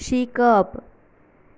शिकप